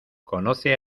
conoce